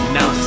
Now